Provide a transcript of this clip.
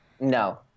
no